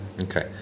Okay